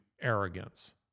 arrogance